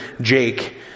Jake